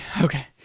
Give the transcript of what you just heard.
okay